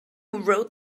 wrote